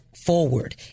forward